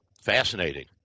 Fascinating